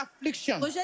affliction